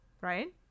Right